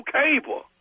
cable